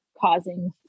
causing